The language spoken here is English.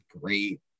great